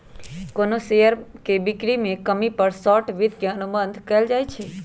कोनो शेयर के बिक्री में कमी पर शॉर्ट वित्त के अनुबंध कएल जाई छई